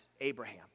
Abraham